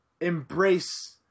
embrace